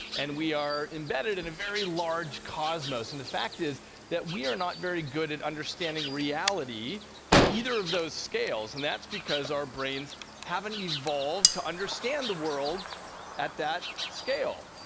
and we are embedded in a very large cosmos, and the fact is that we are not very good at understanding reality at either of those scales, and that's because our brains haven't evolved to understand the world at that scale.